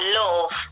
love